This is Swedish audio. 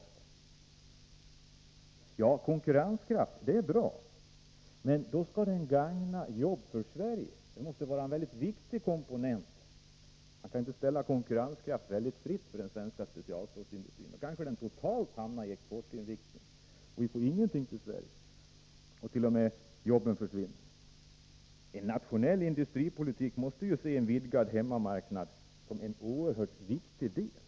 Det är vidare bra med konkurrenskraft, men ett mycket viktigt mål måste vara att den skall gagna jobben i Sverige. Man kan inte låta den svenska specialstålsindustrins konkurrenskraft utvecklas helt fritt, för då kanske man hamnar i en total exportinriktning, så att ingenting blir över för Sverige och t.o.m. jobben försvinner. I en nationell industripolitik måste en vidgad hemmamarknad vara en oerhört viktig del.